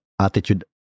attitude